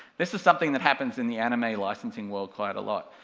this is something that happens in the anime licensing world quite a lot.